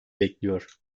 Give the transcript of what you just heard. bekliyor